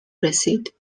رسید